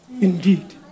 Indeed